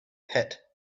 het